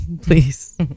please